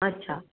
अच्छा